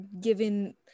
given